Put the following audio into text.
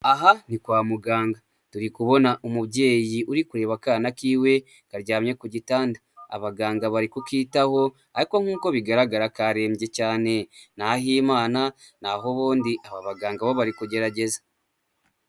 Aha ni kwa muganga, turi kubona umubyeyi uri kureba akana kiwe karyamye kugitanda, abaganga bari kukitaho ariko nk'uko bigaragara karembye cyane, ni ah'Imana naho ubundi abaganga bo bari kugerageza.